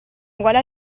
uguale